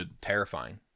terrifying